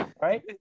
right